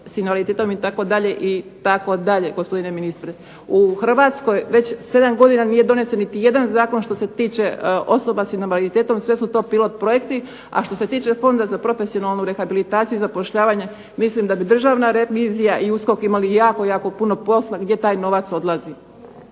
itd., itd., gospodine ministre. U Hrvatskoj već 7 godina nije donesen niti jedan zakon što se tiče osoba s invaliditetom, sve su to pilot projekti. A što se tiče Fonda za profesionalnu rehabilitaciju i zapošljavanje mislim da bi Državna revizija i USKOK imali jako, jako puno posla gdje taj novac odlazi.